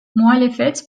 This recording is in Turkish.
muhalefet